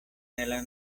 nella